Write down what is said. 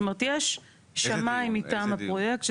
זאת אומרת, יש שמאי מטעם הפרויקט.